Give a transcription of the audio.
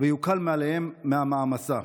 ותוקל מעליהם המעמסה.